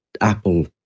Apple